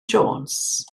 jones